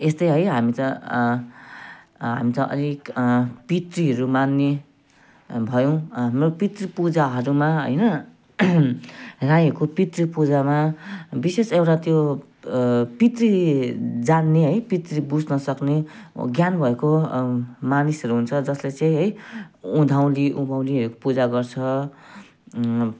यस्तो है हामी त हुन्छ अलिक पितृहरू मान्ने भयौँ हाम्रो पितृ पूजाहरूमा होइन राईहरूको पितृपूजामा विशेष एउटा त्यो पितृ जान्ने है पितृ बुझ्नसक्ने ज्ञान भएको मानिसहरू हुन्छ जसले चाहिँ है उँधौली उँभौलीहरूको पूजा गर्छ